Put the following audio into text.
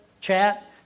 chat